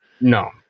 no